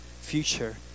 future